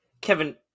Kevin